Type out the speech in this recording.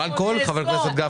חבר הכנסת גפני,